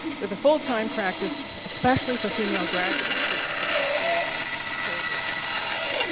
with a full time practice especially for female graduate students, because they are terribly undeserved.